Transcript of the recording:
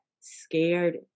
scared